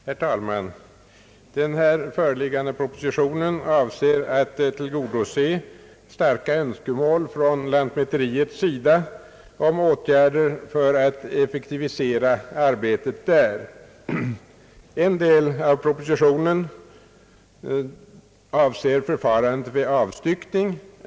Herr talman! Den föreliggande propositionen avser att tillgodose starka önskemål från lantmäteriets sida om åtgärder för att effektivisera arbetet där. En del av propositionen avser förfaranden vid avstyckning.